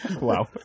Wow